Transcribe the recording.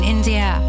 India